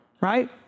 right